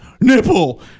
Nipple